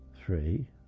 Three